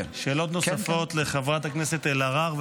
שאלות נוספות לחברת הכנסת אלהרר,